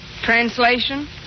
Translation